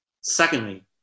Secondly